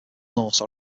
norse